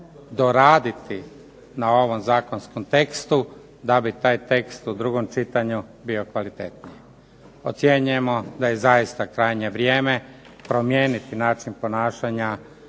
doraditi na ovom zakonskom tekstu da bi taj tekst u drugom čitanju bio kvalitetniji. Ocjenjujemo da je zaista krajnje vrijeme promijeniti način ponašanja